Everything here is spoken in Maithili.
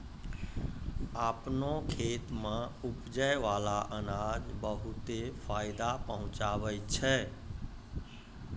आपनो खेत सें उपजै बाला अनाज बहुते फायदा पहुँचावै छै